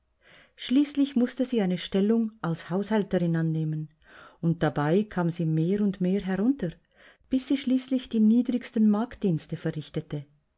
schließlich mußte sie eine stellung als haushälterin annehmen und dabei kam sie mehr und mehr herunter bis sie schließlich die niedrigsten magddienste verrichtete